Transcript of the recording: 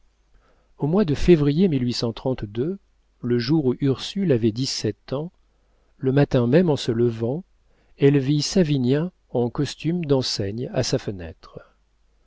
au mois de février le jour où ursule avait dix-sept ans le matin même en se levant elle vit savinien en costume d'enseigne à sa fenêtre